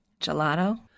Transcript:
Gelato